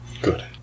Good